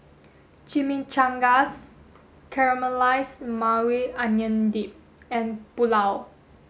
Chimichangas Caramelized Maui Onion Dip and Pulao